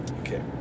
Okay